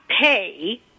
pay